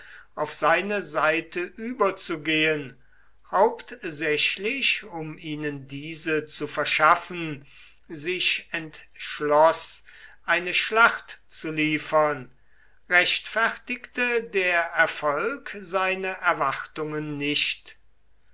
auf seine seite überzugehen hauptsächlich um ihnen diese zu verschaffen sich entschloß eine schlacht zu liefern rechtfertigte der erfolg seine erwartungen nicht